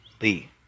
Lee